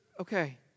Okay